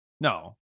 No